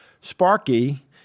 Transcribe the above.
Sparky